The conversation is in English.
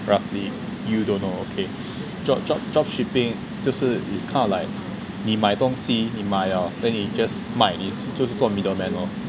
roughly you don't know okay drop drop drop shipping 就是 its kind of like 你买东西你买了 then 你 just 卖 then 你就是做 middle man lor